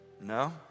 no